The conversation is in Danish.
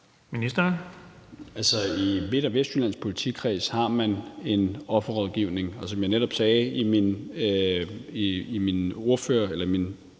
Hummelgaard): I Midt- og Vestjyllands politikreds har man en offerrådgivning, og som jeg netop sagde i min tale her fra